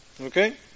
Okay